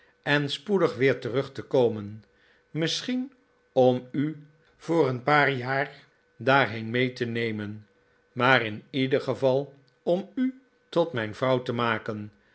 en spoedig weer terug te komen misschien om u voor een paar jaar daarheen mee te nemen maar in ieder geval om u tot mijn vrouw te maken